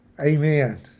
Amen